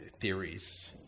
Theories